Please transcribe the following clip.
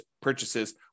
purchases